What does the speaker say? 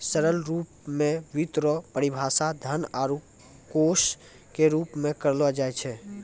सरल रूप मे वित्त रो परिभाषा धन आरू कोश के रूप मे करलो जाय छै